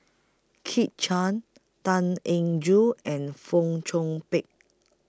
Kit Chan Tan Eng Joo and Fong Chong Pik